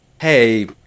hey